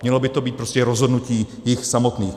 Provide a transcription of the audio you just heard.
Mělo by to být prostě rozhodnutí jich samotných.